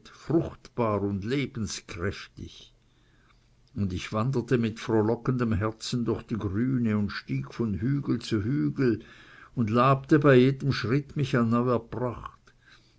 fruchtbar und lebenskräftig und ich wanderte mit frohlockendem herzen durch die gründe und stieg von hügel zu hügel und labte bei jedem schritt mich an neuer pracht